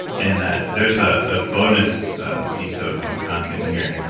and ah there's ah a bonus piece of of content here.